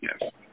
yes